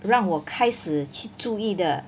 让我开始去注意的